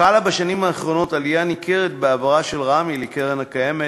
חלה בשנים האחרונות עלייה ניכרת בהעברה של רמ"י לקרן הקיימת.